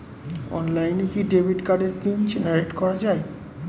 অনলাইনে কি ডেবিট কার্ডের পিন জেনারেট করা যায়?